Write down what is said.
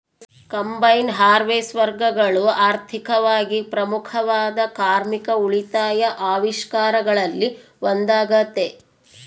combine ಹಾರ್ವೆಸ್ಟರ್ಗಳು ಆರ್ಥಿಕವಾಗಿ ಪ್ರಮುಖವಾದ ಕಾರ್ಮಿಕ ಉಳಿತಾಯ ಆವಿಷ್ಕಾರಗಳಲ್ಲಿ ಒಂದಾಗತೆ